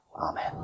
Amen